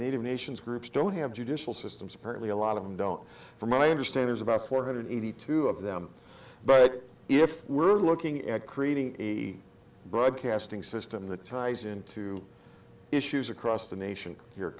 native nations groups don't have judicial systems apparently a lot of them don't from i understand there's about four hundred eighty two of them but if we're looking at creating a broadcasting system the ties into issues across the nation